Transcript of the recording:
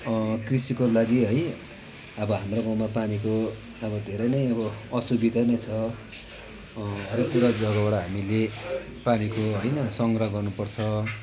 कृषिको लागि है अब हाम्रो गाउँमा पानीको अब धेरै नै अब असुविधा नै छ हरेक कुरा जग्गाबाट हामीले पानीको होइन सङ्ग्रह गर्नुपर्छ